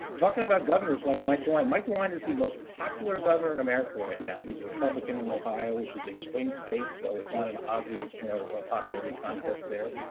talking about governors like mike dewine, mike dewine is the most popular governor in america right now. he's a republican in ohio, which is a swing state. so it's not an obvious, you know, popularity contest there.